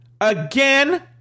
again